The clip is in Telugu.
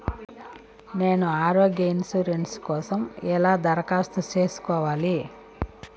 నేను ఆరోగ్య ఇన్సూరెన్సు కోసం ఎలా దరఖాస్తు సేసుకోవాలి